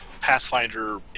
Pathfinder